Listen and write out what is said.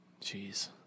Jeez